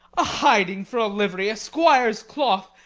a hilding for a livery, a squire's cloth,